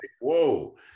Whoa